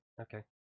Okay